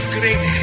great